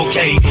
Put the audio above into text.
Okay